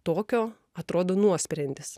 tokio atrodo nuosprendis